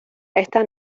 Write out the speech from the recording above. esta